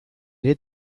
ere